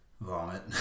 vomit